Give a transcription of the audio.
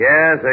Yes